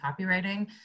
copywriting